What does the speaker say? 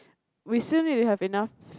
we still need to have enough